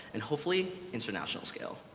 and hopefully, international scale.